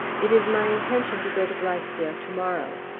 it is my intention to go to blithedale to-morrow.